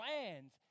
plans